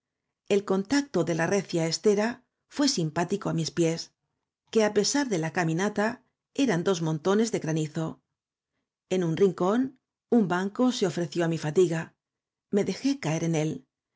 el contacto de la recia estera fué simpático á mis pies que á pesar de la sirena negra la caminata eran dos montones de granizo en un rincón un banco se ofreció á mi fatiga me dejé caer en él